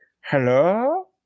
hello